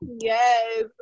Yes